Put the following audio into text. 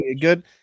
good